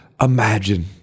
imagine